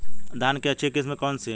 धान की अच्छी किस्म कौन सी है?